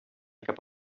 cap